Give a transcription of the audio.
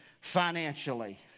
financially